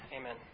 Amen